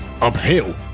uphill